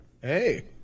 Hey